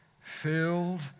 filled